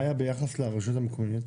מה היה ביחס לרשויות המקומיות?